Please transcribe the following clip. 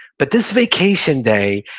but this vacation day,